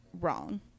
wrong